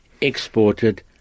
exported